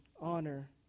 honor